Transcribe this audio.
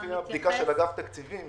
לפי הבדיקה של אגף התקציבים.